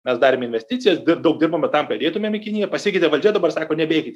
mes darėm investicijas daug dirbom va tam kad eitumėm į kiniją pasikeitė valdžia dabar sako nebeikit